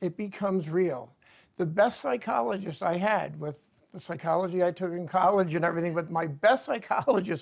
it becomes real the best psychologist i had with the psychology i took in college and everything with my best psychologist